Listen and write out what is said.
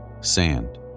sand